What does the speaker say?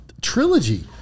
trilogy